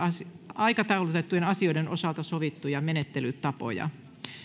aikataulutettujen asioiden osalta sovittuja menettelytapoja